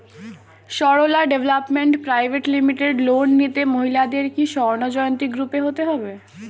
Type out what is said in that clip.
Sarala development private limited loan নিতে মহিলাদের কি স্বর্ণ জয়ন্তী গ্রুপে হতে হবে?